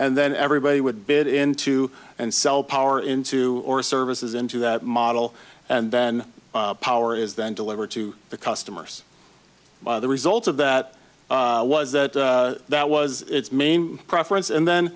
and then everybody would bid into and sell power into or services into that model and then power is then delivered to the customers by the results of that was that that was its mame preference and then